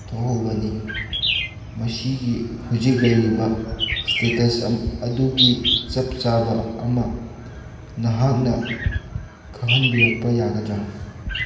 ꯊꯣꯛꯍꯧꯕꯅꯤ ꯃꯁꯤꯒꯤ ꯍꯧꯖꯤꯛ ꯂꯩꯔꯤꯕ ꯁ꯭ꯇꯦꯇꯁ ꯑꯗꯨꯒꯤ ꯆꯞ ꯆꯥꯕ ꯑꯃ ꯅꯍꯥꯛꯅ ꯈꯪꯍꯟꯕꯤꯔꯛꯄ ꯌꯥꯒꯗ꯭ꯔ